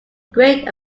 great